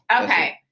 Okay